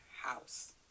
house